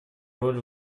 роль